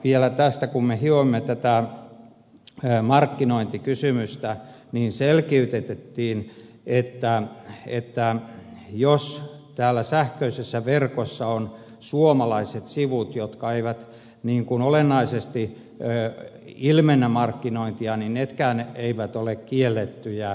vielä tästä kun me hioimme tätä markkinointikysymystä niin selkiytettiin että jos täällä sähköisessä verkossa on suomalaiset sivut jotka eivät olennaisesti ilmennä markkinointia niin nekään eivät ole kiellettyjä